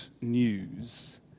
news